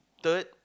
third